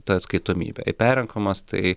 ta atskaitomybė jei perrenkamas tai